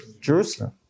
Jerusalem